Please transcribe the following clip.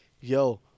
yo